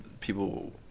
people